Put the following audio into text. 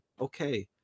okay